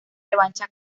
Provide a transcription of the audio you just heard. revancha